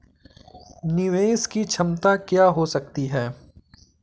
निवेश की क्षमता क्या हो सकती है?